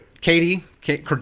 Katie